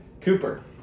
Cooper